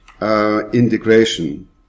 integration